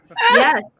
Yes